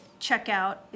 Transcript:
checkout